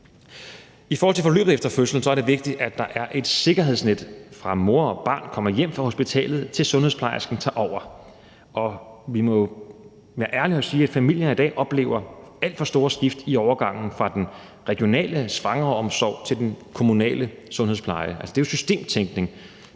I forhold til forløbet efter fødslen er det vigtigt, at der er et sikkerhedsnet, fra mor og barn kommer hjem fra hospitalet, til sundhedsplejersken tager over, og vi må jo være ærlige at sige, at familier i dag oplever alt for store skift i overgangen fra den regionale svangreomsorg til den kommunale sundhedspleje. Det er systemtænkning,